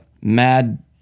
mad